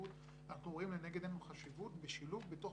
אנחנו רואים לנגד עינינו חשיבות בשילוב בתוך